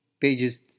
pages